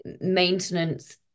maintenance